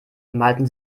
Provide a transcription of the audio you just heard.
malten